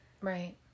Right